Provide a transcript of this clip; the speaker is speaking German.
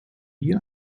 die